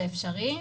זה אפשרי,